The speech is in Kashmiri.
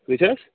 کۭتیٛاہ